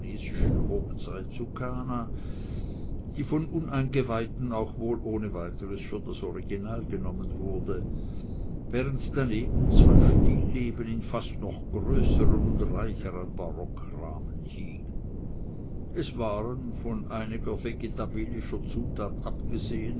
zu kana die von uneingeweihten auch wohl ohne weiteres für das original genommen wurde während daneben zwei stilleben in fast noch größeren und reicheren barockrahmen hingen es waren von einiger vegetabilischer zutat abgesehen